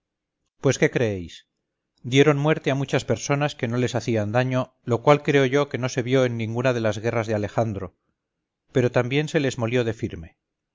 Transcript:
pues qué creéis dieron muerte a muchas personas que no les hacían daño lo cual creo yo que no se vio en ninguna de las guerras de alejandro pero también se les molió de firme